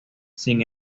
sin